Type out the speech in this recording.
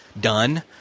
done